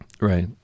Right